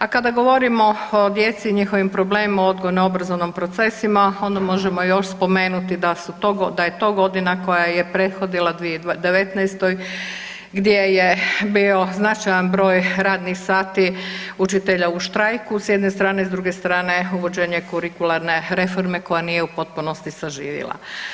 A kada govorimo o djeci i njihovim problemima u odgojno obrazovnim procesima onda možemo još spomenuti da je to godina koja je prethodila 2019. gdje je bio značajan broj radnih sati učitelja u štrajku s jedne strane, s druge strane uvođenje kurikularne reforme koja nije u potpunosti saživila.